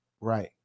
right